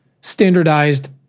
standardized